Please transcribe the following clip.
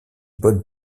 bonnes